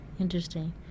Interesting